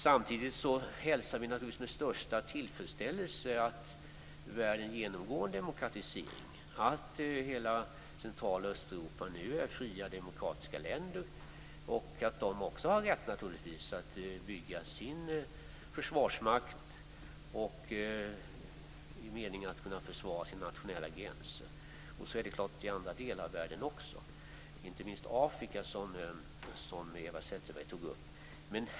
Samtidigt hälsar vi med största tillfredsställelse att världen genomgår en demokratisering. Hela Centraloch Östeuropa är nu fria demokratiska länder. De har naturligtvis också rätt att bygga sin försvarsmakt i mening att kunna försvara sina nationella gränser. Så är det självfallet också i andra delar av världen, inte minst i Afrika, som Eva Zetterberg tog upp.